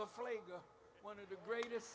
the greatest